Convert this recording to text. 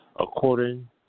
according